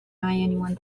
anyone